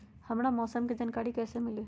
हमरा मौसम के जानकारी कैसी मिली?